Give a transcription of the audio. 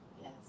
Yes